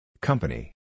Company